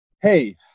hey